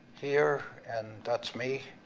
here, and that's me.